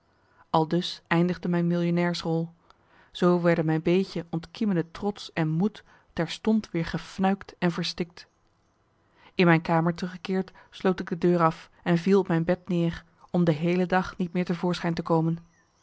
aldus eindigde mijn millionairs rol zoo werden mijn beetje ontkiemende trots en moed terstond weer gefnuikt en verstikt in mijn kamer teruggekeerd sloot ik de deur af en viel op mijn bed neer om de heele dag niet meer te voorschijn te komen